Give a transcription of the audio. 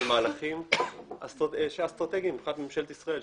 מהלכים אסטרטגיים מבחינת ממשלת ישראל,